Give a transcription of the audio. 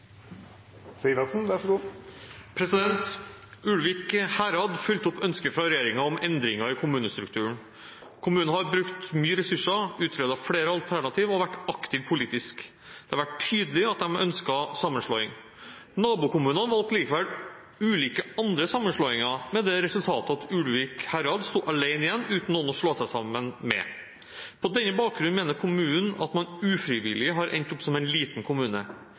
vært aktiv politisk. Det har vært tydelig at de ønsket sammenslåing. Nabokommunene valgte likevel ulike andre sammenslåinger, med det resultatet at Ulvik kommune stod alene igjen uten noen å slå seg sammen med. På denne bakgrunnen mener kommunen at man ufrivillig har endt opp som en liten kommune.